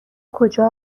کجا